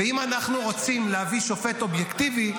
ואם אנחנו רוצים להביא שופט אובייקטיבי,